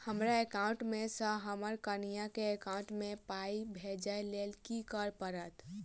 हमरा एकाउंट मे सऽ हम्मर कनिया केँ एकाउंट मै पाई भेजइ लेल की करऽ पड़त?